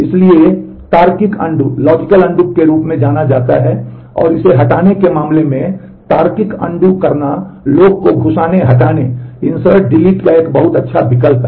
इसलिए इसे तार्किक अनडू का एक बहुत अच्छा विकल्प है